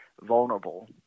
vulnerable